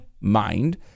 mind